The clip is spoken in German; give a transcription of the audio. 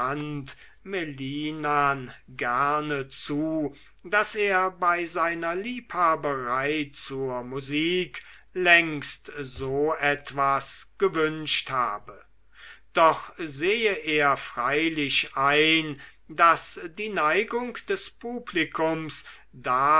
melinan gern zu daß er bei seiner liebhaberei zur musik längst so etwas gewünscht habe doch sehe er freilich ein daß die neigung des publikums